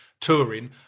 touring